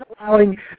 allowing